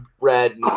red